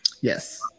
Yes